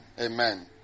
Amen